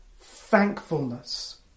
thankfulness